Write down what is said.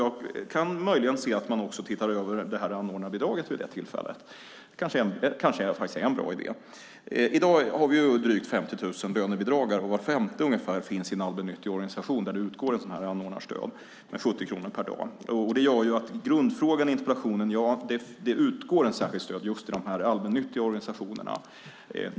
Jag kan möjligen se att man också tittar över anordnarbidraget vid samma tillfälle. Det kanske faktiskt är en bra idé. I dag har vi drygt 50 000 lönebidragstagare, och ungefär var femte finns i en allmännyttig organisation där det utgår anordnarstöd med 70 kronor per dag. Ja, det utgår ett särskilt stöd just till de här allmännyttiga organisationerna.